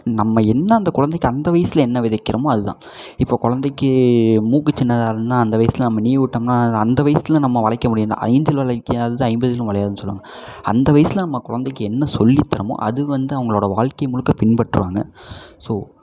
நம்ம என்ன அந்த குழந்தைக்கி அந்த வயதில என்ன விதைக்கிறோமோ அது தான் இப்போ குழந்தைக்கி மூக்கு சின்னதாக இருந்தால் அந்த வயதில நம்ம நீவி விட்டோம்னால் அந்த வயதில நம்ம வளைக்க முடியும் தான் ஐந்தில் வளைக்காதது ஐம்பதிலும் வளையாதுனு சொல்லுவாங்க அந்த வயதில நம்ம குழந்தைக்கு என்ன சொல்லி தரோமோ அது வந்து அவங்களோட வாழ்க்கை முழுக்க பின்பற்றுவாங்க ஸோ